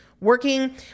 working